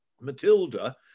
Matilda